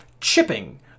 Chipping